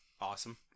awesome